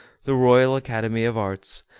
the royal academy of arts,